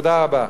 תודה רבה.